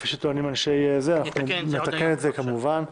כפי שאתם טוענים, אנחנו נתקן את זה, כמובן,